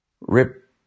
Rip